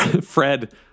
Fred